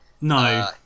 No